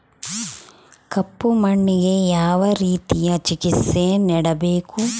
ಕಪ್ಪು ಮಣ್ಣಿಗೆ ಯಾವ ರೇತಿಯ ಚಿಕಿತ್ಸೆ ನೇಡಬೇಕು?